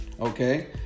Okay